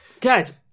guys